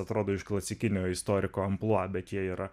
atrodo iš klasikinio istoriko amplua bet jie yra